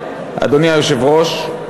אדוני היושב-ראש,